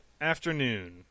afternoon